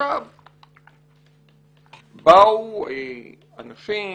עכשיו באו אנשים,